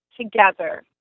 together